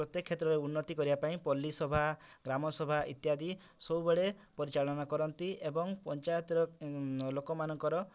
ପ୍ରତ୍ୟେକ କ୍ଷେତ୍ରରେ ଉନ୍ନତି କରିବା ପାଇଁ ପଲ୍ଲୀସଭା ଗ୍ରାମସଭା ଇତ୍ୟାଦି ସବୁବେଳେ ପରିଚାଳନା କରନ୍ତି ଏବଂ ପଞ୍ଚାୟତର ଲୋକମାନଙ୍କର